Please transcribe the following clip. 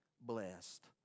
blessed